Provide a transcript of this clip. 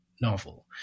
novel